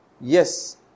yes